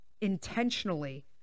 intentionally